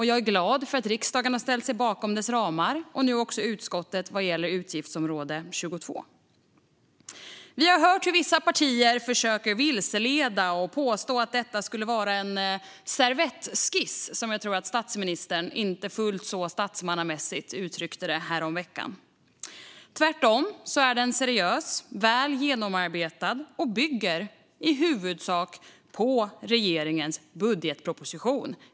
Jag är glad över att riksdagen har ställt sig bakom dess ramar och nu också utskottet vad gäller utgiftsområde 22. Vi har hört hur vissa partier försöker vilseleda och påstå att detta skulle vara en servettskiss, som jag tror att statsministern inte fullt så statsmannamässigt uttryckte det häromveckan. Budgetförslaget är tvärtom seriöst, väl genomarbetat och bygger i huvudsak på regeringens budgetproposition.